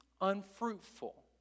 unfruitful